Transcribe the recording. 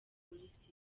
polisi